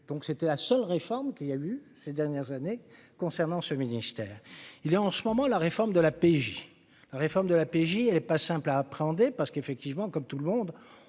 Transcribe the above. donc, c'était la seule réforme qu'il y a eu ces dernières années concernant ce ministère, il est en ce moment, la réforme de la PJ, réforme de la PJ, elle est pas simple à appréhender parce qu'effectivement, comme tout le monde